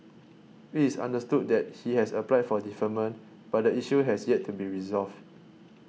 it is understood that he has applied for deferment but the issue has yet to be resolved